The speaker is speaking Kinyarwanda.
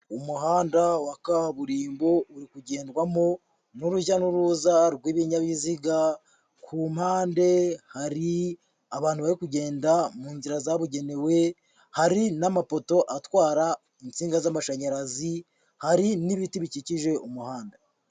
Umuhanda wa kaburimbo uri ugendwamo n'urujya n'uruza rw'ibinyabiziga, ku mpande hari abantu bari kugenda mu nzira zabugenewe, hari n'amapoto atwara insinga z'amashanyarazi, hari n'ibiti bikikije umuhanda.